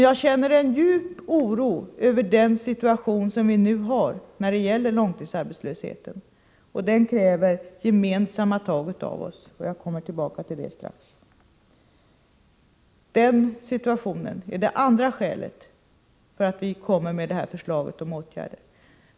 Jag känner en djup oro över den nuvarande situationen när det gäller långtidsarbetslösheten, som kräver gemensamma tag. Jag kommer tillbaka till den frågan strax. Denna situation är det andra skälet till att vi kommer med detta förslag om åtgärder.